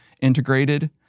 integrated